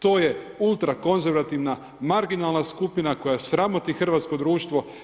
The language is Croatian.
To je ultrakonzervativna marginalna skupina koja sramoti hrvatsko društvo.